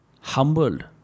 humbled